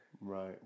Right